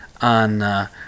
on